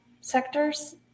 sectors